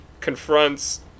confronts